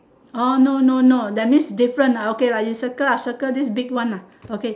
orh no no no that means different ah okay lah you circle you circle this big one ah okay